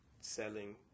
selling